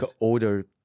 older